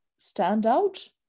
standout